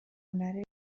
هنر